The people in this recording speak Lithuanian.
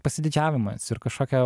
pasididžiavimas ir kažkokia